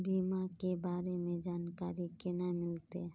बीमा के बारे में जानकारी केना मिलते?